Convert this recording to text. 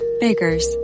Baker's